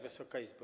Wysoka Izbo!